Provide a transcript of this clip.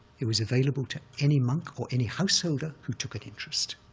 it was available to any monk or any householder who took an interest,